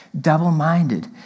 Double-minded